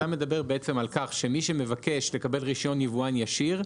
אתה מדבר בעצם על כך שמי שמבקש לקבל רישיון יבואן ישיר,